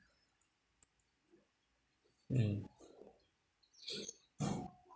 mm